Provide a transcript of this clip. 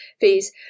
fees